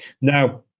Now